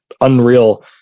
unreal